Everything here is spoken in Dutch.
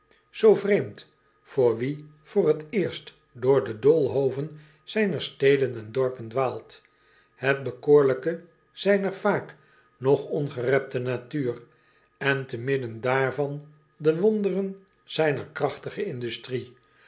zoo vreemd voor wie voor t eerst door de doolhoven zijner steden en dorpen dwaalt het bekoorlijke zijner vaak nog ongerepte natuur en te midden daarvan de wonderen zijner krachtige industrie